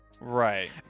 right